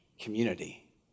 community